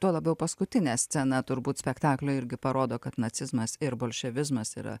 tuo labiau paskutinė scena turbūt spektaklio irgi parodo kad nacizmas ir bolševizmas yra